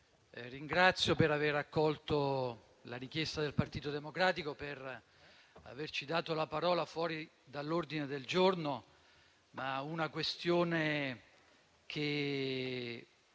ringrazio per aver accolto la richiesta del Partito Democratico e averci dato la parola fuori dall'ordine del giorno, ma è una questione che